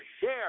share